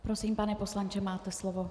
Prosím, pane poslanče, máte slovo.